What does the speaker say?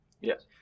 Yes